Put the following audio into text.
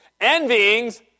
Envyings